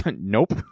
Nope